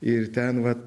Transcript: ir ten va